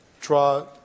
draw